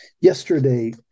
Yesterday